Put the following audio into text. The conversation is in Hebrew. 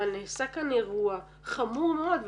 אבל נעשה כאן אירוע חמור מאוד.